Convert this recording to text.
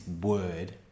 word